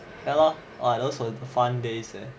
ya lor !aiya! those were the fun days leh